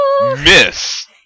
miss